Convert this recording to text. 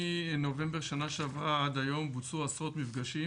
מנובמבר בשנה שעברה עד היום בוצעו עשרות מפגשים